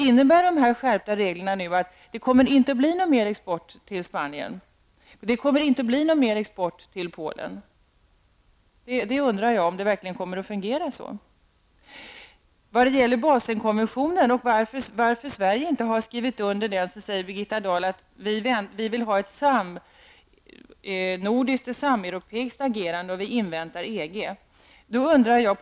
Innebär skärpningen av reglerna att det inte kommer att bli fråga om någon mer export till Spanien och till Polen? Jag undrar om det verkligen kommer att fungera så. Birgitta Dahl säger att anledningen till att Sverige inte har skrivit under Baselkonventionen är att vi vill ha ett samnordiskt och sameuropeiskt agerande och att vi inväntar EG.